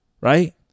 right